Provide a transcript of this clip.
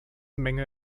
menge